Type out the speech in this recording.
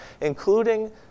including